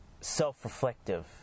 self-reflective